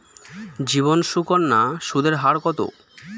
জীবন সুকন্যা সুদের হার কত?